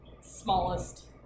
smallest